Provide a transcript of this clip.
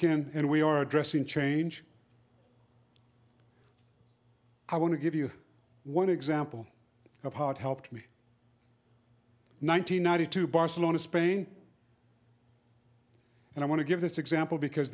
can and we are addressing change i want to give you one example of how it helped me nine hundred ninety two barcelona spain and i want to give this example because